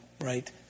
right